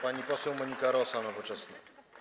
Pani poseł Monika Rosa, Nowoczesna.